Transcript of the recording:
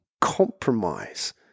compromise